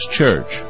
Church